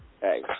hey